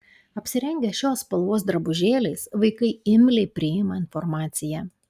apsirengę šios spalvos drabužėliais vaikai imliai priima informaciją